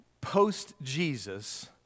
post-Jesus